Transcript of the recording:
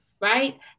right